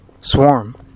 swarm